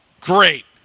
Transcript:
Great